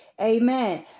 Amen